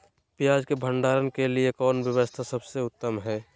पियाज़ के भंडारण के लिए कौन व्यवस्था सबसे उत्तम है?